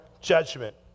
judgment